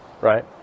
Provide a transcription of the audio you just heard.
right